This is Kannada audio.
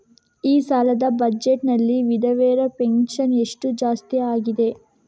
ಈ ಸಲದ ಬಜೆಟ್ ನಲ್ಲಿ ವಿಧವೆರ ಪೆನ್ಷನ್ ಹಣ ಎಷ್ಟು ಜಾಸ್ತಿ ಆಗಿದೆ?